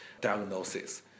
diagnosis